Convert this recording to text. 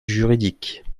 juridique